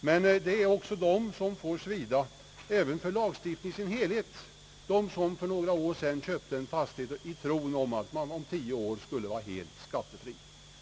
Men det finns också de som får svida även för lagstiftningen i sin helhet, nämligen de som för några år sedan köpte en fastighet i tron att man om tio år skulle vara helt skattefri.